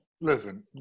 listen